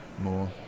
more